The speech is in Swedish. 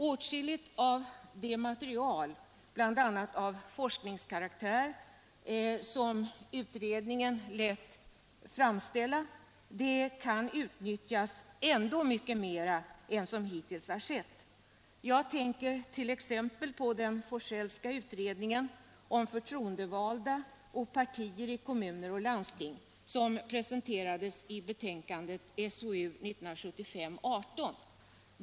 Åtskilligt av det material, bl.a. av forskningskaraktär, som utredningen lät framställa kan utnyttjas ännu mycket mera än som hittills har skett. Jag tänker t.ex. på den Forsellska utredningen Förtroendevalda och par tier i kommuner och landsting, som presenterades i betänkandet SOU 1975:18.